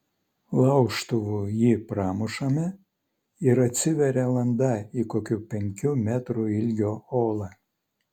laužtuvu jį pramušame ir atsiveria landa į kokių penkių metrų ilgio olą